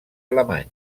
alemany